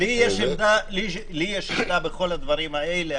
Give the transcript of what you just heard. לי יש שיטה בכל הדברים האלה,